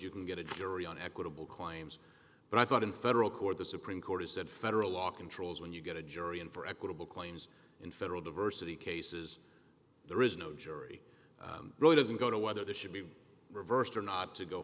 you can get a jury on equitable climbs but i thought in federal court the supreme court has said federal law controls when you get a jury in for equitable claims in federal diversity cases there is no jury really doesn't go to whether there should be reversed or not to go